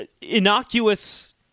innocuous